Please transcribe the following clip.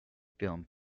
film